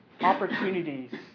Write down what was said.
opportunities